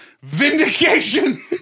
Vindication